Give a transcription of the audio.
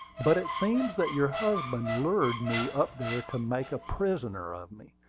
but it seems that your husband lured me up there to make a prisoner of me.